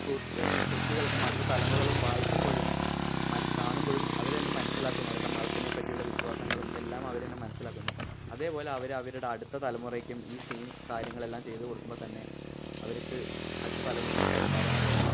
കൊച്ചുകൾക്ക് അടുത്ത തലമുറകൾ വാഴിക്കുമ്പോഴും കാണുമ്പോഴും അവര് തന്നെ മനസ്സിലാക്കുന്നത് അവരുടെ മതത്തിനെ പറ്റിയുള്ള വിശ്വാസങ്ങളും എല്ലാം അവര് തന്നെ മനസ്സിലാക്കുന്നു അതേ പോലെ അവര് അവരുടെ അടുത്ത തലമുറയ്ക്കും ഈ സെയിം കാര്യങ്ങളെല്ലാം ചെയ്ത് കൊടുക്കുമ്പോള്ത്തന്നെ അവര്ക്ക് അടുത്ത തലമുറയില് കൈമാറുന്നത് പോലെയാണ്